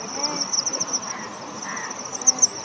ᱦᱮᱸ ᱴᱷᱤᱠ ᱜᱮᱭᱟ ᱦᱮᱸ